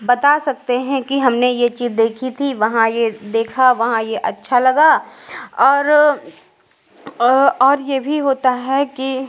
बता सकते हैं कि हमने ये चीज देखी थी वहाँ ये देखा वहाँ ये अच्छा लगा और और ये भी होता है कि